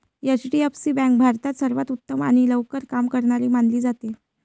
HDFC bank भारतात सर्वांत उत्तम आणि लवकर काम करणारी मानली जाते